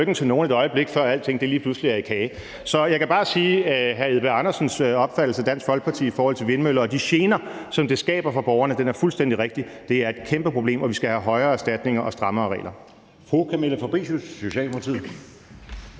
Så jeg kan bare sige, at hr. Kim Edberg Andersens opfattelse af Dansk Folkeparti i forhold til vindmøller og de gener, som det skaber for borgerne, er fuldstændig rigtig. Det er et kæmpeproblem, og vi skal have højere erstatninger og strammere regler. Kl. 20:13 Anden næstformand (Jeppe